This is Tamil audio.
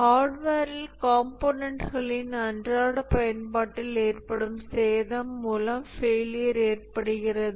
ஹார்ட்வேரில் காம்போனன்ட்களின் அன்றாட பயன்பாட்டினால் ஏற்படும் சேதம் மூலம் ஃபெயிலியர் ஏற்படுகிறது